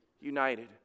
united